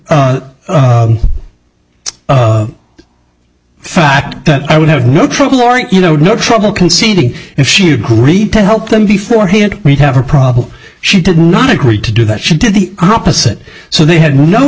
the fact that i would have no trouble aren't you know no trouble conceiving if she agreed to help them before hand we have a problem she did not agree to do that she did the opposite so they had no